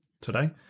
today